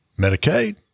Medicaid